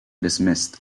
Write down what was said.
dismissed